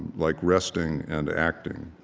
like resting and acting.